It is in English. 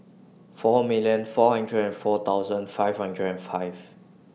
four millions four hundreds and four five hundreds and five